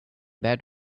bed